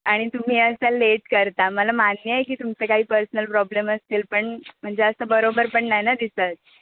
आणि तुम्ही असा लेट करता मला मान्य आहे की तुमचे काही पर्सनल प्रॉब्लेम असतील पण म्हणजे असं बरोबर पण नाही ना दिसत